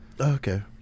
Okay